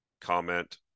comment